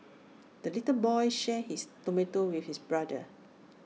the little boy shared his tomato with his brother